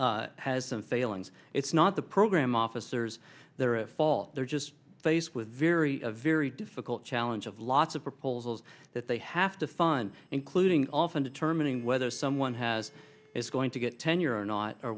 has some failings it's not the program officers there are a fault they're just faced with very very difficult challenge of lots of proposals that they have to find including often determining whether someone has is going to get tenure or not or